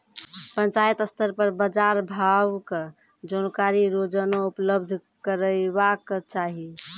पंचायत स्तर पर बाजार भावक जानकारी रोजाना उपलब्ध करैवाक चाही?